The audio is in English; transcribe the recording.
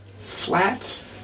flat